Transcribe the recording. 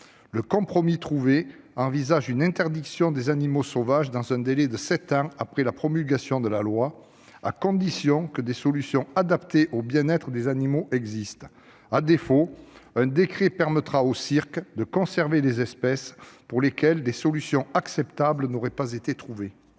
le compromis trouvé prévoit l'interdiction des animaux sauvages dans un délai de sept ans après la promulgation de la loi, à condition que des solutions adaptées au bien-être des animaux existent. À défaut, un décret permettra aux cirques de conserver les espèces pour lesquelles des solutions acceptables n'auraient pas été trouvées.